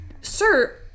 sir